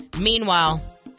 Meanwhile